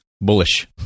bullish